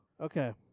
Okay